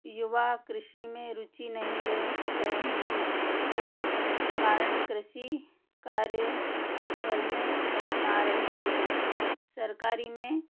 युवा कृषि में रुचि नहीं ले रहे हैं जिसके कारण कृषि कार्य बल में कमी आ रही है सरकारी में